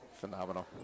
Phenomenal